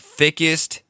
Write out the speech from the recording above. thickest